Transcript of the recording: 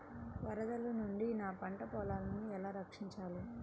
వరదల నుండి నా పంట పొలాలని ఎలా రక్షించాలి?